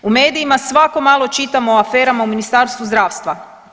U medijima svako malo čitamo o aferama u Ministarstvu zdravstva.